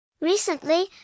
Recently